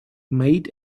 made